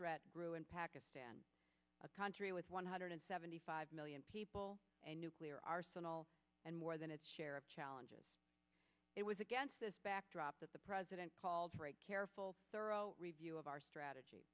threat grew in pakistan a country with one hundred seventy five million people a nuclear arsenal and more than its share of challenges it was against this backdrop that the president called for a careful thorough review of our strategy